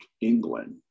England